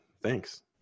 Thanks